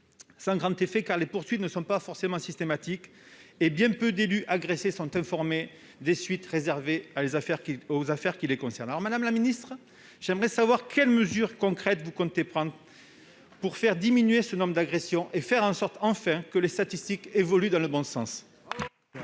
sans grand effet, car les poursuites ne sont pas systématiques et bien peu d'élus agressés sont informés des suites réservées aux affaires qui les concernent. Madame la ministre, quelles mesures concrètes comptez-vous prendre pour faire diminuer le nombre d'agressions et faire en sorte que les statistiques évoluent enfin dans le bon sens